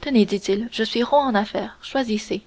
tenez dit-il je suis rond en affaires choisissez